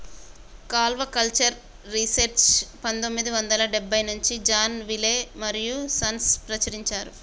aquaculture research పందొమ్మిది వందల డెబ్బై నుంచి జాన్ విలే మరియూ సన్స్ ప్రచురించారు